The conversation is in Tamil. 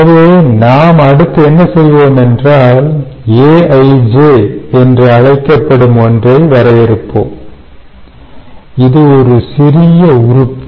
எனவே நாம் அடுத்து என்ன செய்வோம் என்றால் aij என்று அழைக்கப்படும் ஒன்றை வரையறுப்போம் இது ஒரு சிறிய உறுப்பு